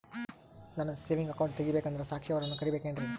ನಾನು saving account ತೆಗಿಬೇಕಂದರ ಸಾಕ್ಷಿಯವರನ್ನು ಕರಿಬೇಕಿನ್ರಿ?